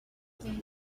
there